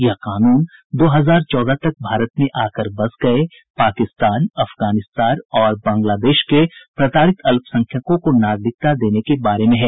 यह कानून दो हजार चौदह तक भारत में आकर बस गए पाकिस्तान अफगानिस्तान और बंगलादेश के प्रताड़ित अल्पसंख्यकों को नागरिकता देने के बारे में है